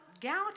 gout